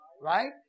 Right